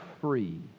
free